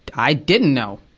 i didn't know.